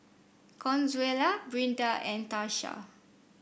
Consuela Brinda and Tarsha